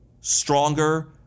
stronger